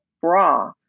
bra